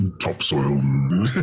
topsoil